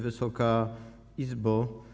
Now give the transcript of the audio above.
Wysoka Izbo!